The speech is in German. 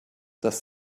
das